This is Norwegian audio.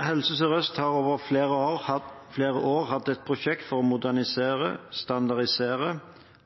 Helse Sør-Øst har over flere år hatt et prosjekt for å modernisere, standardisere